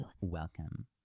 Welcome